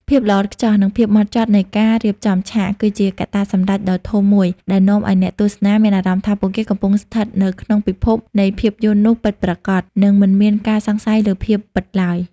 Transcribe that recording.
ភាពល្អឥតខ្ចោះ និងភាពហ្មត់ចត់នៃការរៀបចំឆាក គឺជាកត្តាសម្រេចដ៏ធំមួយដែលនាំឱ្យអ្នកទស្សនាមានអារម្មណ៍ថាពួកគេកំពុងស្ថិតនៅក្នុងពិភពនៃភាពយន្តនោះពិតប្រាកដ និងមិនមានការសង្ស័យលើភាពពិតឡើយ។